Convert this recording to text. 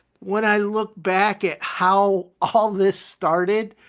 when i look back at how all this started,